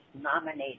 nominated